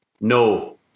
No